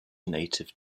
native